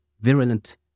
virulent